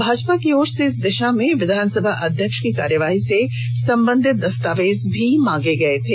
भाजपा की ओर से इस दिशा में विधानसभा अध्यक्ष की कार्यवाही से संबंधित दस्तावेज भी मांगे गये थे